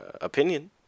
opinion